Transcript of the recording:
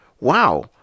wow